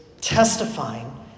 testifying